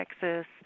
Texas